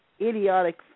idiotic